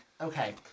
Okay